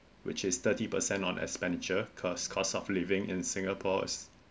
which is thirty percent on expenditure cause cost of living in singapore is